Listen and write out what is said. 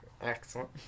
Excellent